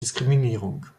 diskriminierung